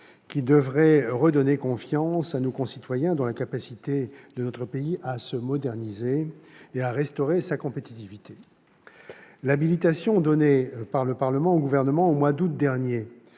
qui devrait redonner confiance à nos concitoyens dans la capacité de notre pays à se moderniser et à restaurer sa compétitivité. L'habilitation donnée par le Parlement au Gouvernement, au mois d'août dernier,